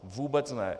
Vůbec ne.